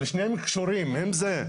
אבל שניהם קשורים עם זה.